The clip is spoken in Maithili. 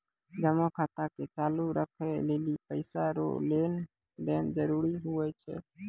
जमा खाता के चालू राखै लेली पैसा रो लेन देन जरूरी हुवै छै